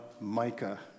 Micah